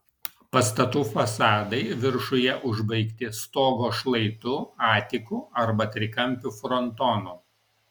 pastatų fasadai viršuje užbaigti stogo šlaitu atiku arba trikampiu frontonu